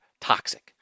toxic